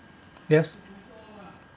yes